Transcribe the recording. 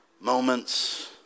moments